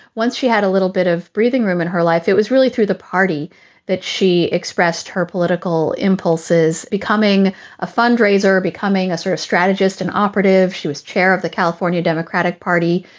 once she had a little bit of breathing room in her life, it was really through the party that she expressed her political impulses, becoming a fund raiser, becoming a sort of strategist, an operative. she was chair of the california democratic party,